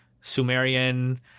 Sumerian